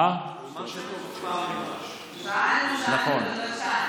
על מה שטוב אף פעם אין רעש.